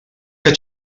que